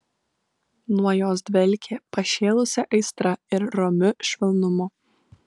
nuo jos dvelkė pašėlusia aistra ir romiu švelnumu